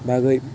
बागै